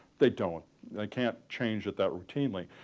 they don't they can't change it that routinely.